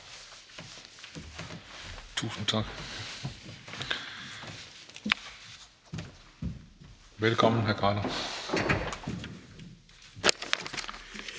Tusind tak. Velkommen, hr. Naser